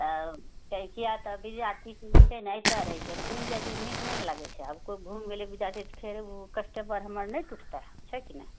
तऽ किआतऽ विद्यार्थी सब जे छै ने ऐते रहै छै घुमि जाइ छै तऽ नीक नहि ने लगै छै आब कोइ घुमि गेलै विद्यार्थी तऽ फेर कस्टमर हमर नहि टूटतै छै की नै